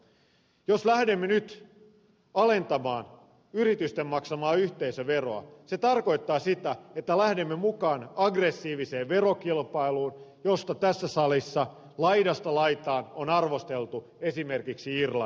jos lähdemme nyt alentamaan yritysten maksamaa yhteisöveroa se tarkoittaa sitä että lähdemme mukaan aggressiiviseen verokilpailuun josta tässä salissa laidasta laitaan on arvosteltu esimerkiksi irlantia